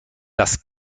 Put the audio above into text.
das